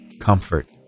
comfort